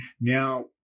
Now